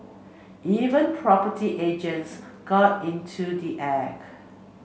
even property agents got into the act